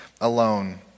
alone